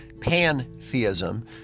Pantheism